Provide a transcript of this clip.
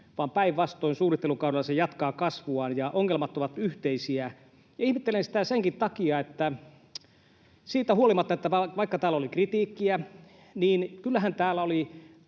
vaan päinvastoin suunnittelukaudella se jatkaa kasvuaan, ja ongelmat ovat yhteisiä. Ihmettelen sitä senkin takia, että siitä huolimatta, että täällä oli kritiikkiä, kyllähän täällä oli